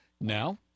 Now